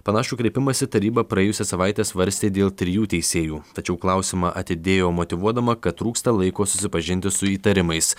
panašų kreipimąsi taryba praėjusią savaitę svarstė dėl trijų teisėjų tačiau klausimą atidėjo motyvuodama kad trūksta laiko susipažinti su įtarimais